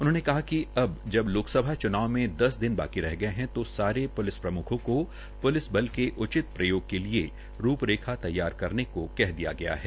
उन्होंने कहा कि अब जब लोकसभा चुनाव में दस दिन बाकी रह गये है तो सारे प्लिस प्रम्खों को प्लिस बल के उचित प्रयोग के लिये रूपरेखा तैयार करने को कह दिया गया है